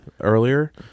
earlier